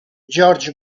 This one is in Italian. george